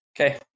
Okay